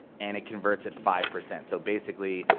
and it converts at five percent. so basically,